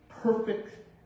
perfect